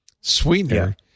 sweetener